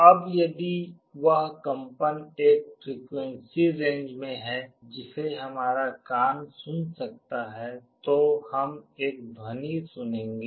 अब यदि वह कंपन एक फ्रीक्वेंसी रेंज में है जिसे हमारा कान सुन सकता है तो हम एक ध्वनि सुनेंगे